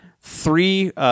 three